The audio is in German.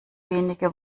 wenige